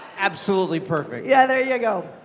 absolutely perfect. yeah, there you go,